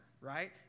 right